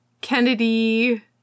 kennedy